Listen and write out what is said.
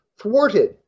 thwarted